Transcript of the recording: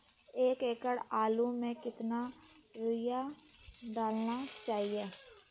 एक एकड़ आलु में कितना युरिया डालना चाहिए?